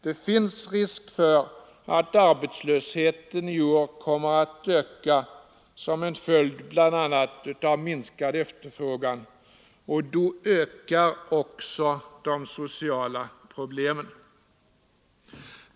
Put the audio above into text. Det finns risk för att arbetslösheten i år kommer att öka, bl.a. som en följd av minskad efterfrågan, och då ökar också de sociala problemen.